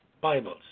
Bibles